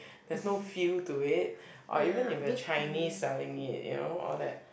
there's no feel to it or even if a Chinese selling it you know all that